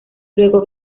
luego